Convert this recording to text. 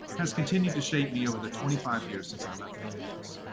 has continued to shape me over the twenty five years since i left the campus.